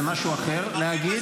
זה משהו אחר להגיד.